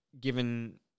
given